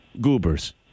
Goober's